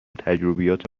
تجربیات